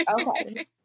Okay